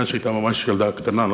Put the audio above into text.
מאז הייתה ממש ילדה קטנה,